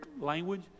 language